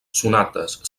sonates